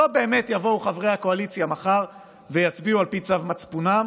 לא באמת יבואו חברי הקואליציה מחר ויצביעו על פי צו מצפונם